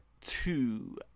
two